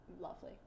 lovely